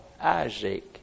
Isaac